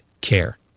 care